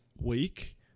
week